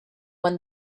when